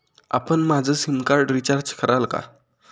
आपण माझं SIM card recharge कराल का?